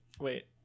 wait